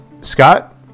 Scott